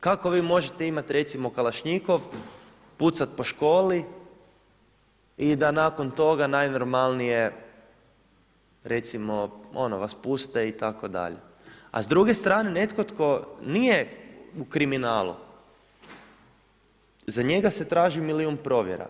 Kako vi možete imat recimo kalašnjikov, pucat po školi i da nakon toga najnormalnije recimo ono vas puste itd.? a s druge strane netko tko nije u kriminalu, za njega se traži milijun provjera.